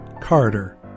Carter